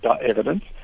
evidence